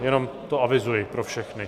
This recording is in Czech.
Jenom to avizuji pro všechny.